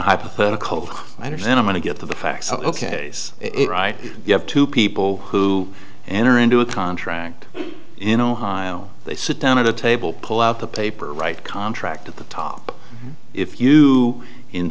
hypothetical matter then i'm going to get the facts ok's it right you have two people who enter into a contract in ohio they sit down at a table pull out the paper write contract at the top if you in